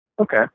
Okay